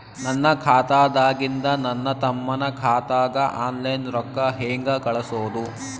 ನನ್ನ ಖಾತಾದಾಗಿಂದ ನನ್ನ ತಮ್ಮನ ಖಾತಾಗ ಆನ್ಲೈನ್ ರೊಕ್ಕ ಹೇಂಗ ಕಳಸೋದು?